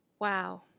wow